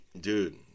dude